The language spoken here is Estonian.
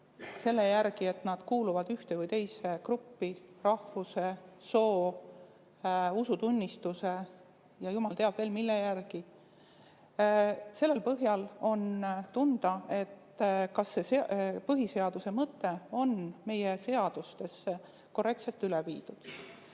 selle järgi, et nad kuuluvad ühte või teise gruppi rahvuse, soo, usutunnistuse ja jumal teab veel mille järgi. Selle põhjal on küsitav, kas see põhiseaduse mõte on meie seadustesse korrektselt üle viidud.